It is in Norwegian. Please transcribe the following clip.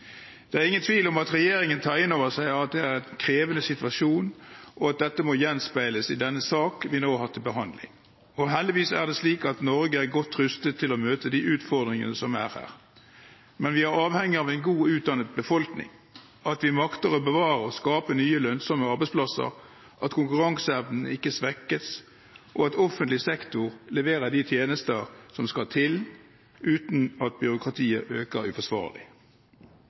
Det er ingen tvil om at regjeringen tar inn over seg at det er en krevende situasjon, og at dette må gjenspeiles i denne sak vi nå har til behandling. Heldigvis er det slik at Norge er godt rustet til å møte de utfordringene som er her. Men vi er avhengig av en godt utdannet befolkning, at vi makter å bevare og skape nye lønnsomme arbeidsplasser, at konkurranseevnen ikke svekkes, og at offentlig sektor leverer de tjenester som skal til uten at byråkratiet øker uforsvarlig.